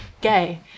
Gay